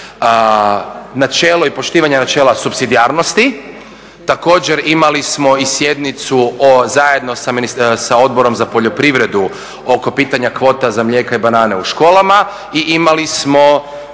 načelo i poštivanje načela supsidijarnosti, također imali smo i sjednicu zajedno sa Odborom za poljoprivredu oko pitanja kvota za mlijeka i banane u školama i imali smo